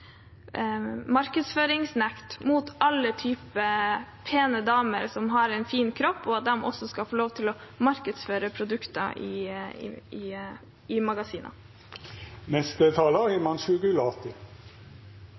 markedsføringsnekt mot alle typer pene damer som har en fin kropp, og at de også skal få lov til å markedsføre produkter i magasiner. Det er dessverre ingen tvil om at mange i